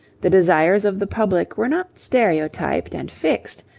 the desires of the public were not stereotyped and fixed,